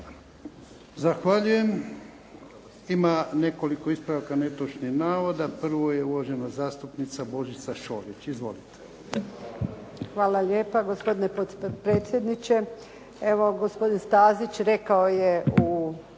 Zahvaljujem. Ima nekoliko ispravaka netočnih navoda. Prvo je uvažena zastupnica Božica Šolić. Izvolite. **Šolić, Božica (HDZ)** Hvala lijepa gospodine potpredsjedniče, evo gospodin Stazić rekao je u,